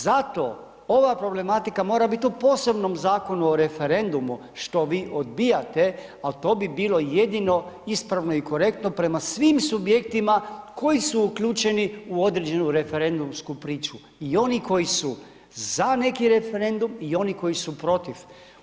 Zato ova problematika mora biti u posebnom Zakonu o referendumu, što vi odbijate, ali to bi bilo jedino ispravno i korektno prema svim subjektima koji su uključeni u određenu referendumsku priču i oni koji su za neki referendum i oni koji su protiv.